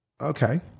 Okay